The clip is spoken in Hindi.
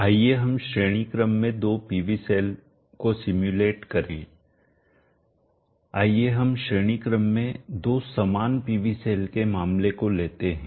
आइए हम श्रेणी क्रम में दो PV सेल को सिम्युलेट करेंआइए हम श्रेणी क्रम में में दो समान PV सेल के मामले को लेते हैं